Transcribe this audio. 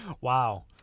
Wow